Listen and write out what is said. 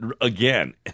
again